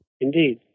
Indeed